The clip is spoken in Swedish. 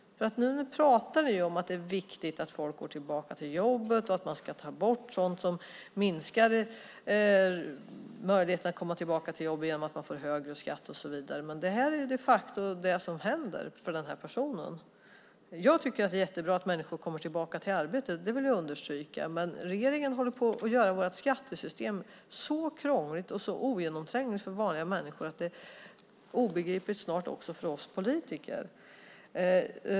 Ni pratar om att det är viktigt att folk går tillbaka till jobbet och att man ska ta bort sådant som minskar möjligheterna att komma tillbaka till jobb som att man får högre skatt och så vidare. Men det här är de facto det som händer för den här personen. Jag tycker att det är jättebra att människor kommer tillbaka till arbete. Det vill jag understryka. Men regeringen håller på att göra vårt skattesystem så krångligt och så ogenomträngligt för vanliga människor att det är obegripligt snart också för oss politiker.